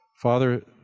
father